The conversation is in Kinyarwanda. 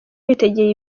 witegeye